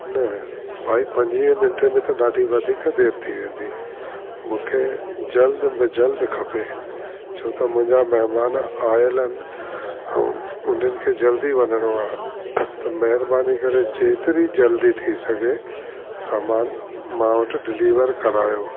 न भई पंजुवीह मिंट में त ॾाढी वधीक देरि थी वेंदी मूंखे जल्द में जल्द खपे छो त मुंहिंजा महिमान आयल आहिनि ऐं उन्हनि खे जल्दी वञिणो आहे त महिरबानी करे जेतिरी जल्दी थी सघे सामान मां वटि डिलीवर करायो